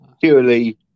purely